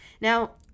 Now